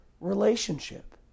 relationship